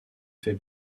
fait